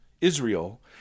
Israel